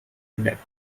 depth